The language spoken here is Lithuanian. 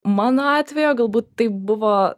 mano atvejo galbūt tai buvo